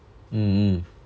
mm mm